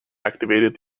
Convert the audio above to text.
activated